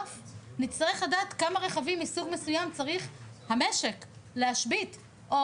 נצטרך לדעת כמה רכבים מסוג מסוים צריך המשק להשבית או